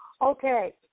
Okay